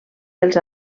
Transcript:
dels